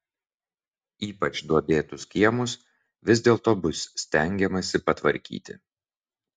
ypač duobėtus kiemus vis dėlto bus stengiamasi patvarkyti